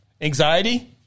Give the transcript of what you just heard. anxiety